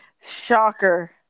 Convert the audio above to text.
Shocker